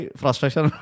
frustration